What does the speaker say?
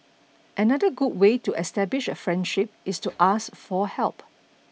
another good way to establish a friendship is to ask for help